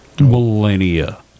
millennia